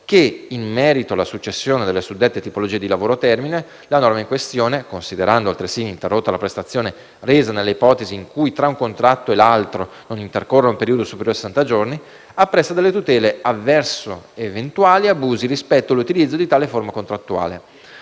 che in merito alla successione delle suddette tipologie di lavoro a termine, la norma in questione - considerando altresì ininterrotta la prestazione resa nelle ipotesi in cui tra un contratto e l'altro non intercorra un periodo superiore a sessanta giorni - appresta delle tutele avverso eventuali abusi rispetto all'utilizzo di tale forma contrattuale.